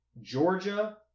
Georgia